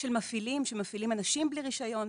של מפעילים שמפעילים אנשים בלי רישיון,